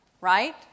Right